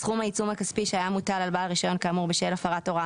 סכום העיצום הכספי שהיה מוטל על בעל רישיון כאמור בשל הפרת הוראה